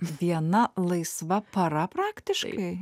viena laisva para praktiškai